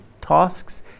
tasks